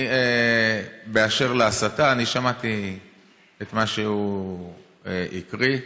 אשר להסתה, אני שמעתי את מה שהוא הקריא.